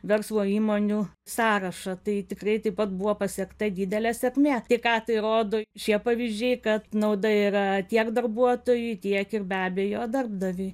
verslo įmonių sąrašą tai tikrai taip pat buvo pasiekta didelė sėkmė tai ką tai rodo šie pavyzdžiai kad nauda yra tiek darbuotojui tiek ir be abejo darbdaviui